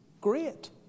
great